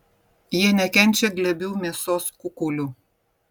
jie nekenčia glebių mėsos kukulių